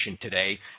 today